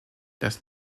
das